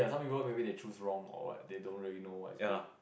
ya